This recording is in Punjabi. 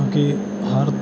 ਕਿਉਂਕਿ ਹਰ